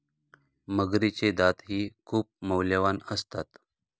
मगरीचे दातही खूप मौल्यवान असतात